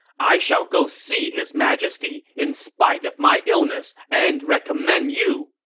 i shall go see his majesty in spite of my illness and recommend you!